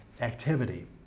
activity